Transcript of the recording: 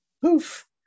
Poof